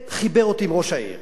וחיבר אותי עם ראש העיר.